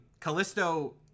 Callisto